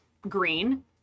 Green